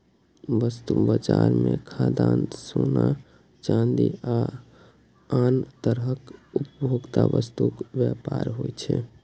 वस्तु बाजार मे खाद्यान्न, सोना, चांदी आ आन तरहक उपभोक्ता वस्तुक व्यापार होइ छै